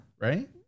Right